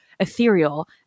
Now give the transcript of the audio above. ethereal